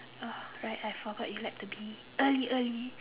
alright I forgot you like to be early early